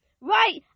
right